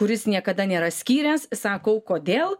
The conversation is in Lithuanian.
kuris niekada nėra skyręs sakau kodėl